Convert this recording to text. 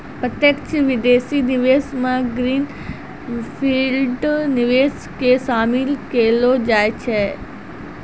प्रत्यक्ष विदेशी निवेश मे ग्रीन फील्ड निवेश के शामिल केलौ जाय छै